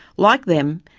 like them,